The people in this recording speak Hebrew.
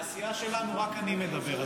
מהסיעה שלנו רק אני מדבר.